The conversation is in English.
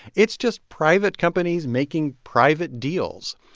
it's just private companies making private deals.